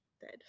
dead